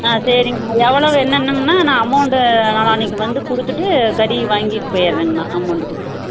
ஆ சரிங்க எவ்வளோ நான் அமௌண்ட் நாளான்னைக்கு வந்து கொடுத்துட்டு கறியை வாங்கிட்டு போயிட்றேங்ண்ணா அமௌண்ட் கொடுத்துட்டு